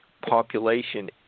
Population